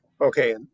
Okay